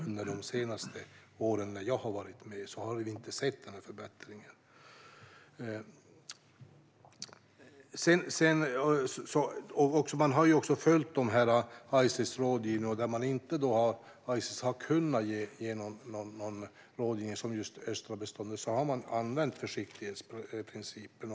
Under de senaste åren, då jag har varit med, har vi inte sett någon förbättring. Man har också följt Ices rådgivning, och när Ices inte har kunnat ge någon rådgivning, till exempel just när det gäller det östra beståndet, har man använt försiktighetsprincipen.